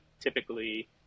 typically